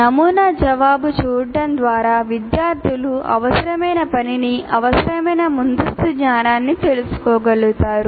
నమూనా జవాబును చూడటం ద్వారా విద్యార్థులు అవసరమైన పనిని అవసరమైన ముందస్తు జ్ఞానాన్ని తెలుసుకోగలుగుతారు